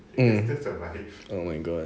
mm oh my god